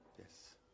Yes